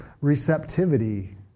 receptivity